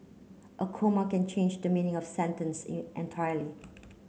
a comma can change the meaning of sentence entirely